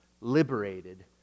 liberated